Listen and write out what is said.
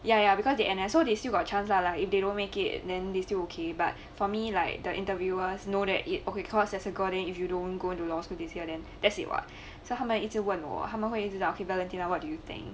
ya ya because they N_S so they still got chance lah if they don't make it then they still ok but for me like the interviewers know that it okay cause it as it cause then if you don't go into law for this year then thats it what so 他们一直问我他们会一直要我 feedback anything what do you think